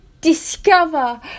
discover